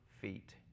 feet